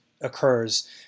occurs